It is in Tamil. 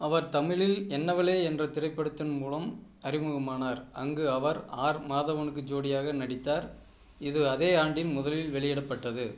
அவர் தமிழில் என்னவளே என்ற திரைப்படத்தின் மூலம் அறிமுகமானார் அங்கு அவர் ஆர் மாதவனுக்கு ஜோடியாக நடித்தார் இது அதே ஆண்டில் முதலில் வெளியிடப்பட்டது